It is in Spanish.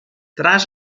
tras